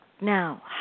Now